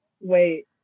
wait